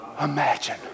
imagine